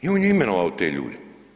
I on je imenovao te ljude.